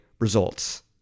results